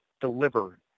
deliver